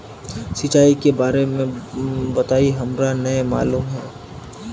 सिंचाई के बारे में बताई हमरा नय मालूम है?